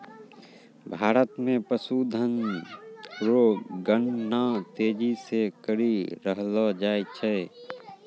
भारत मे पशुधन रो गणना तेजी से करी रहलो जाय छै